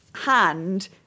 hand